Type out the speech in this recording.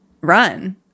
run